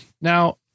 now